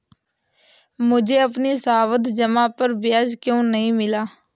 मुझे अपनी सावधि जमा पर ब्याज क्यो नहीं मिला?